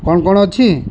କ'ଣ କ'ଣ ଅଛି